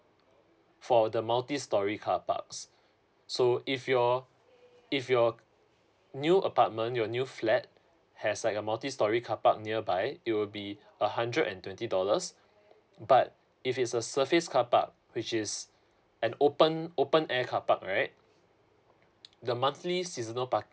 for the multi storey car parks so if your if your new apartment your new flat has like a multi storey carpark nearby it will be a hundred and twenty dollars but if it's a surface carpark which is an open open air carpark right the monthly seasonal parking